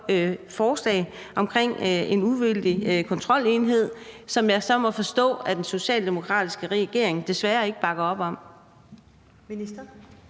forslag omkring en uvildig kontrolenhed, som jeg så må forstå at den socialdemokratiske regering desværre ikke bakker op om.